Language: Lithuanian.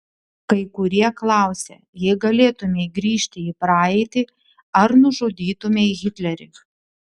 kai kurie klausia jei galėtumei grįžti į praeitį ar nužudytumei hitlerį